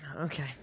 Okay